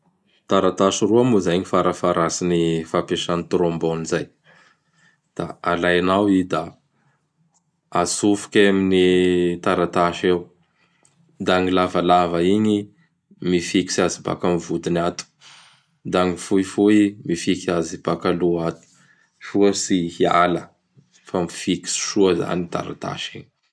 Taratasy roa moa zay gny farafaharatsin' ny gn fampiasa trombone izay. Da alainao i da atsofoky amin' gny taratasy eo, da gny lavalava igny mifikitsy azy baka amin' gny vodiny ato; da gny fohifohy, mifikitsy azy baka aloha ato soa tsy hiala fa mifikitsy soa izany i taratasy ign.